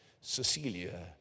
Cecilia